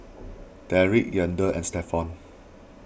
Derek Yandel and Stephon